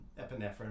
epinephrine